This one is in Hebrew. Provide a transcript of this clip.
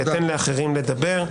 אתן לאחרים לדבר.